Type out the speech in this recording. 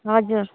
हजुर